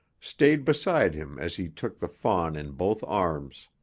stayed beside him as he took the fawn in both arms.